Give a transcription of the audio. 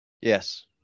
Yes